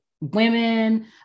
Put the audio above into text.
women